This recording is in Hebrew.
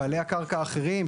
בעלי הקרקע האחרים,